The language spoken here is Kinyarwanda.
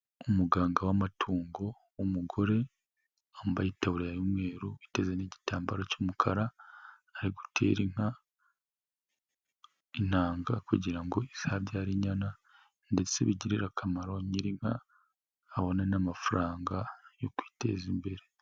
Umuganga w'amatungo w'umugore, wambaye itaburiya y'umweru, uteze n'igitambaro cy'umukara, ari gutera inka intanga kugira ngo izabyare inyana ndetse bigirire akamaro nyiri inka, abone n'amafaranga yo kwiteza imbere.